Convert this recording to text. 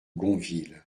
gonville